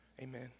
amen